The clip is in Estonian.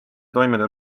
toimida